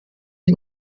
die